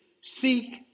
Seek